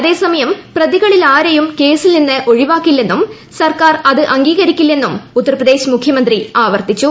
അതേസമയം പ്രതികളിലാരെയും കേസിൽ നിന്ന് ഒഴിവാക്കില്ലെന്നും സർക്കാർ അത് ക് അംഗീകരിക്കില്ലെന്നും ഉത്തർപ്രദേശ് മുഖ്യമന്ത്രി ആവർത്തിച്ചു